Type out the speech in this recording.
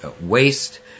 waste